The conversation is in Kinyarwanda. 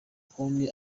konti